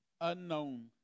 unknown